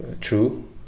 true